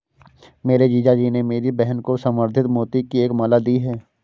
मेरे जीजा जी ने मेरी बहन को संवर्धित मोती की एक माला दी है